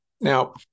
Now